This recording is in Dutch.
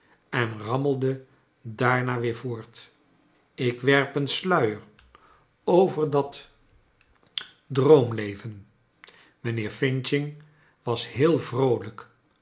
en rarnmelde daarna weer voort ik werp een sluier over dat droomleven mijnheer f was heel vroolrjk